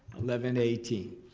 eleven eighteen,